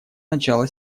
начала